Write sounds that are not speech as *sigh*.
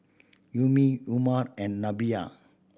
you me Umar and *unintelligible*